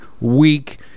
week